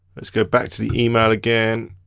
let's go back to the email again,